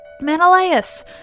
Menelaus